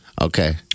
okay